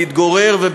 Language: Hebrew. להתגורר שם,